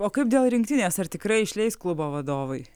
o kaip dėl rinktinės ar tikrai išleis klubo vadovai